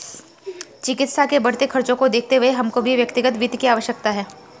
चिकित्सा के बढ़ते खर्चों को देखते हुए हमको भी व्यक्तिगत वित्त की आवश्यकता है